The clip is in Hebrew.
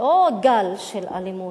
לא גל של אלימות.